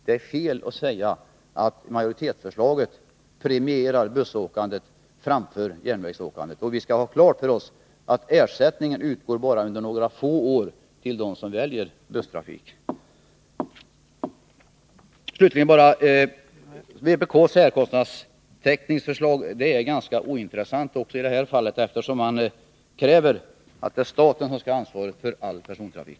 Det är fel att säga att majoritetsförslaget premierar bussåkande framför järnvägsåkande. Vi skall ha klart för oss att ersättning utgår bara under några få år till dem som väljer busstrafik. Slutligen vill jag bara säga att vpk:s särkostnadstäckningsförslag är ganska ointressant också i det här fallet, eftersom man kräver att staten skall ta ansvaret för all persontrafik.